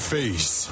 face